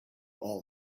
all